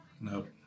Nope